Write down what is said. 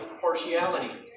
partiality